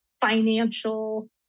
financial